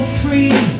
free